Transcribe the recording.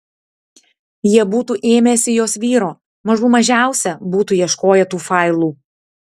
jie būtų ėmęsi jos vyro mažų mažiausia būtų ieškoję tų failų